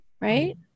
right